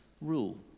rule